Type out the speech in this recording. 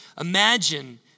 imagine